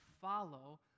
follow